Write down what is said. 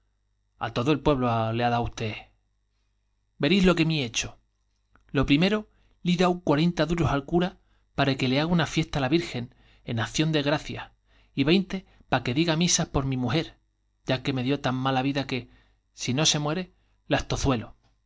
a todo el pueblo le ha dao usté verís lo que hi hecho lo primero l'hi dao cuarenta duros al cura pa que le haga una fiesta á la virgen en ación de gracias y veinte pa que dija misas por mi mujer ya que me dió tan mala vida que si no se muere la estozuelo